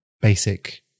basic